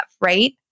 right